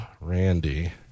Randy